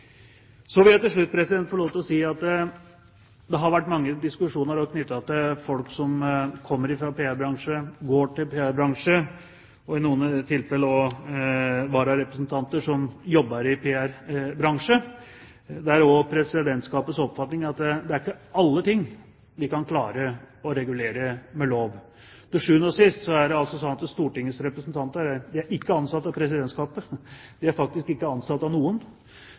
Så vil jeg til slutt få lov til å si at det har vært mange diskusjoner knyttet til folk som kommer fra PR-bransjen, folk som går til PR-bransjen, og i noen tilfeller også vararepresentanter som jobber i PR-bransjen. Det er også Presidentskapets oppfatning at det ikke er alle ting vi kan klare å regulere med lov. Til syvende og sist er det altså slik at Stortingets representanter ikke er ansatt av Presidentskapet. De er faktisk ikke ansatt av noen.